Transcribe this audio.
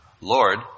Lord